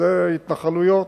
זה התנחלויות.